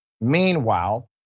Meanwhile